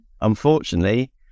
unfortunately